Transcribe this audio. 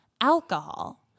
alcohol